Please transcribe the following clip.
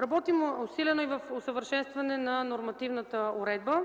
Работим усилено и върху усъвършенстване на нормативната уредба.